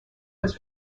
was